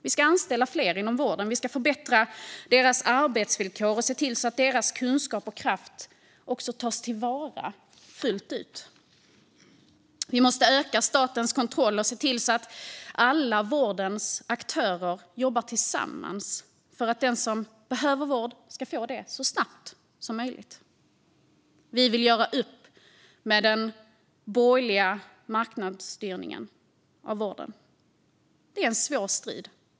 Vi ska anställa fler inom vården, förbättra deras arbetsvillkor och se till att deras kunskap och kraft tas till vara fullt ut. Vi måste öka statens kontroll och se till att alla vårdens aktörer jobbar tillsammans för att den som behöver vård ska få hjälp så snabbt som möjligt. Vi vill göra upp med den borgerliga marknadsstyrningen av vården. Det är en svår strid.